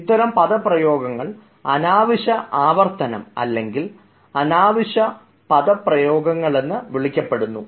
ഇത്തരം പദപ്രയോഗങ്ങൾ അനാവശ്യ ആവർത്തനങ്ങൾ അല്ലെങ്കിൽ അനാവശ്യ പദപ്രയോഗങ്ങൾ എന്ന് വിളിക്കപ്പെടുന്നു